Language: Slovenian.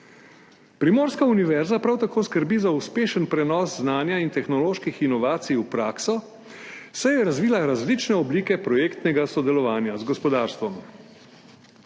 Primorska univerza prav tako skrbi za uspešen prenos znanja in tehnoloških inovacij v prakso, saj je razvila različne oblike projektnega sodelovanja z gospodarstvom.